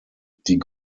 die